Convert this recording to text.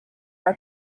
are